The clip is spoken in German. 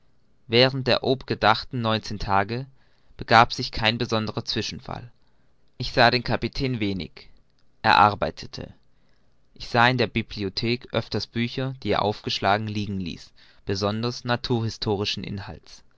während der obgedachten neunzehn tage begab sich kein besonderer zwischenfall ich sah den kapitän wenig er arbeitete ich sah in der bibliothek öfters bücher die er aufgeschlagen liegen ließ besonders naturhistorischen inhalts